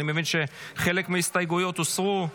אני מבין שחלק מההסתייגויות הוסרו.